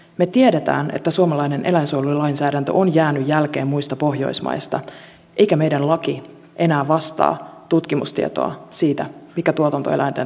me tiedämme että suomalainen eläinsuojelulainsäädäntö on jäänyt jälkeen muista pohjoismaista eikä meidän lakimme enää vastaa tutkimustietoa siitä mitkä tuotantoeläinten tarpeet ovat